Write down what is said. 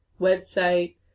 website